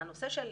הנושא של